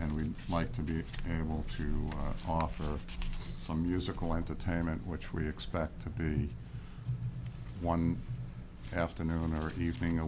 and we'd like to be able to offer some musical entertainment which we expect to be one afternoon or evening a